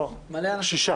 7 נמנעים, אין לא אושר.